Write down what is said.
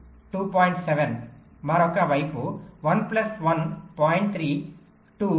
7 మరొక వైపు 1 ప్లస్ 1 0